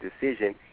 decision